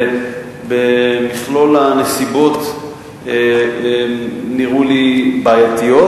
ומכלול הנסיבות נראה לי בעייתי.